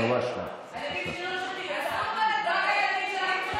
מי דיבר באלימות.